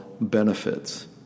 benefits